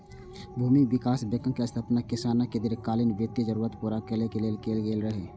भूमि विकास बैंकक स्थापना किसानक दीर्घकालीन वित्तीय जरूरत पूरा करै लेल कैल गेल रहै